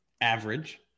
average